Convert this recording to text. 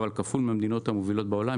אבל כפול מהמדינות המובילות בעולם,